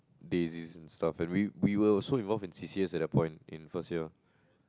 busy in stuff and we we were also involve in C_C_A at the point in first year